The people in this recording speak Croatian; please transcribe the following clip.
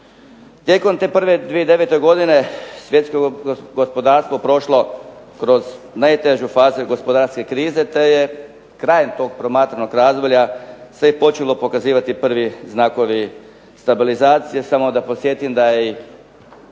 Tijekom te prve 2009. godine svjetsko gospodarstvo prošlo kroz najtežu fazu gospodarske krize, te je krajem tog promatranog razdoblja se počelo pokazivati prvi znakovi stabilizacije. Samo da podsjetim da je i